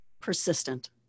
persistent